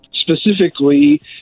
specifically